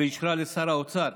ואישרה לשר האוצר